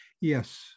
yes